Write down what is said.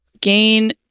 gain